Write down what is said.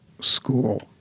school